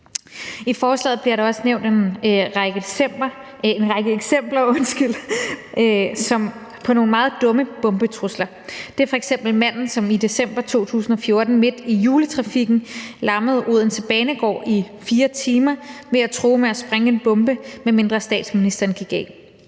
I beslutningsforslaget bliver der også nævnt en række eksempler på nogle meget dumme bombetrusler. Det er f.eks. manden, som i december 2014 midt i juletrafikken lammede Odense Banegård i fire timer ved at true med at sprænge en bombe, medmindre statsministeren gik af.